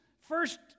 first